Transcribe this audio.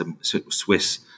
Swiss